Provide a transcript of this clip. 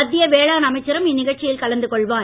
மத்திய வேளாண் அமைச்சரும் இந்நிகழ்ச்சியில் கலந்து கொள்வார்